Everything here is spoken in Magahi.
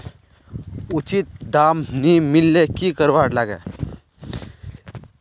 उचित दाम नि मिलले की करवार लगे?